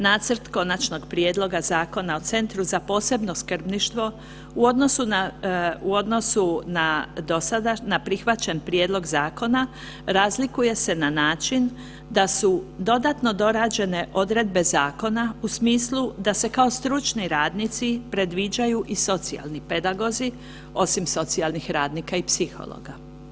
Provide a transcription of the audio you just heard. Nacrt Konačnog prijedloga Zakona o Centru za posebno skrbništvo, u odnosu na dosadašnji, na prihvaćeni prijedlog zakona, razlikuje se na način da su dodatno dorađene odredbe zakona, u smislu, da se kao stručni radnici predviđaju i socijalni pedagozi, osim socijalnih radnika i psihologa.